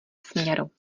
směru